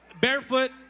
Barefoot